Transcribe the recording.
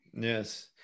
yes